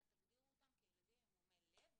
אלא תגדירו אותם כילדים עם מומי לב,